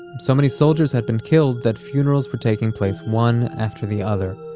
so many soldiers had been killed that funerals were taking place one after the other.